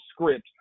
script